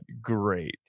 great